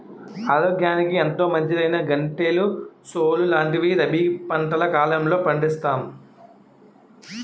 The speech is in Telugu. ఆరోగ్యానికి ఎంతో మంచిదైనా గంటెలు, సోలు లాంటివి రబీ పంటల కాలంలో పండిస్తాం